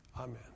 Amen